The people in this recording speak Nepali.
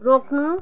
रोक्नु